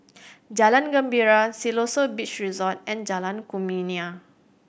Jalan Gembira Siloso Beach Resort and Jalan Kumia